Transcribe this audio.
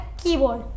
keyboard